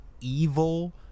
evil